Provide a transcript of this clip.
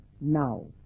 now